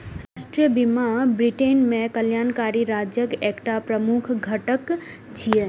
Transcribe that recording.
राष्ट्रीय बीमा ब्रिटेन मे कल्याणकारी राज्यक एकटा प्रमुख घटक छियै